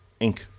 Inc